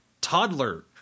toddler